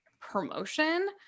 promotion